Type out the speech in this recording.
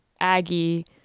Aggie